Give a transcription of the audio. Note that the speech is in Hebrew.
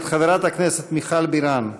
מאת חברת הכנסת מיכל בירן.